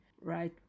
right